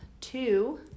two